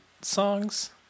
songs